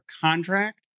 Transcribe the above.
contract